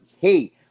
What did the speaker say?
hey